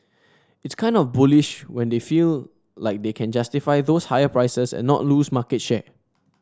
it's kind of bullish that they feel like they can justify those higher prices and not lose market share